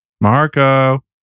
Marco